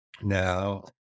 now